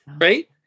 right